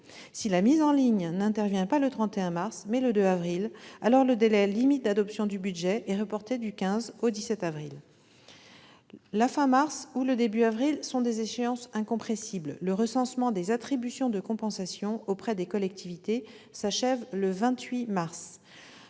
Si la mise en ligne n'intervient pas le 31 mars, mais le 2 avril, alors le délai limite d'adoption du budget est reporté du 15 au 17 avril. La fin du mois de mars ou le début du mois d'avril sont des échéances incompressibles. Le recensement des attributions de compensation auprès des collectivités s'achève le 28 mars.